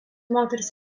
moters